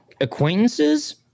acquaintances